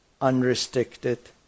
unrestricted